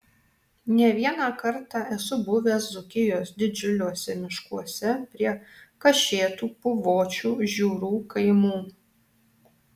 ne vieną kartą esu buvęs dzūkijos didžiuliuose miškuose prie kašėtų puvočių žiūrų kaimų